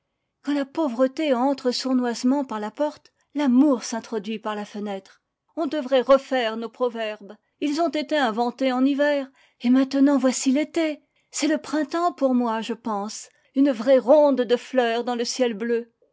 quand la pauvreté entre sournoisement par la porte l'amour s'introduit par la fenêtre on devrait refaire nos proverbes ils ont été inventés en hiver et maintenant voici l'été c'est le printemps pour moi je pense une vraie ronde de fleurs dans le ciel bleu